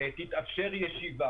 תתאפשר ישיבה.